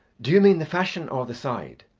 do you mean the fashion, or the side?